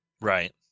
Right